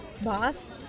Boss